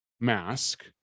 mask